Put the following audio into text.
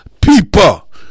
people